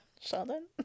Sheldon